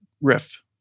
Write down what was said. riff